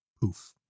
poof